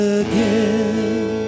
again